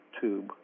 tube